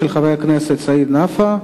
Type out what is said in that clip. של חבר הכנסת סעיד נפאע.